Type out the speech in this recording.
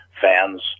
fans